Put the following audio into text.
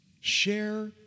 share